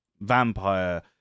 vampire